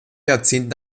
jahrzehnt